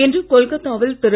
இன்று கொல்கத்தாவில் திரு